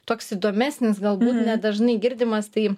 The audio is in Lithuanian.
toks įdomesnis galbūt nedažnai girdimas tai